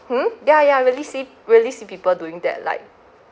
hmm yeah yeah I really see really see people doing that like